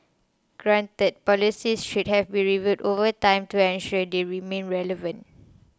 granted policies should have be reviewed over time to ensure they remain relevant